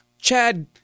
Chad